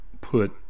put